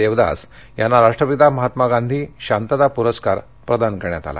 देवदास यांना राष्ट्रपिता महात्मा गांधी शांतता पुरस्कार प्रदान करण्यात आला